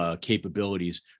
capabilities